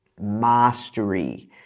mastery